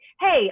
hey